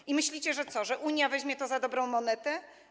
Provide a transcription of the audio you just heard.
I myślicie, że co, że Unia weźmie to za dobrą monetę?